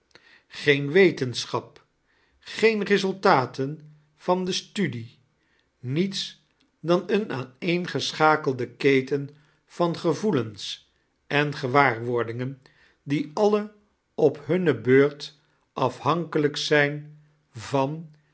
geen wetenschap geen resultaten van de studie niets dan den aaneengeschakelden keten van gevoelens en gewaarwordiingen die alle op hunne beurt afhankelijk zijn van